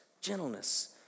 gentleness